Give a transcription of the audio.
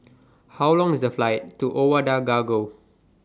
How Long IS The Flight to Ouagadougou